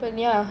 but ya